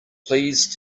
please